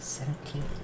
Seventeen